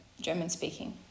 German-speaking